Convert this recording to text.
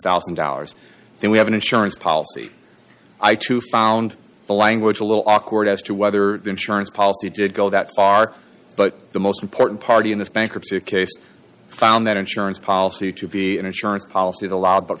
thousand dollars and we have an insurance policy i too found the language a little awkward as to whether the insurance policy did go that far but the most important part in this bankruptcy case found that insurance policy to be an insurance policy the law but